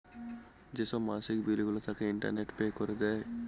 যেসব মাসিক বিলগুলো থাকে, ইন্টারনেটে পে করে দেয়